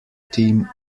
team